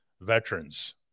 veterans